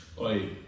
Oi